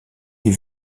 des